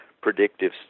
predictive